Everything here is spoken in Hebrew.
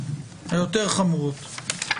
היותר חמורות.